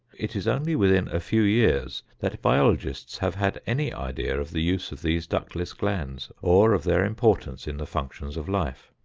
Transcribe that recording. it is only within a few years that biologists have had any idea of the use of these ductless glands or of their importance in the functions of life.